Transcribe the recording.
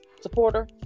supporter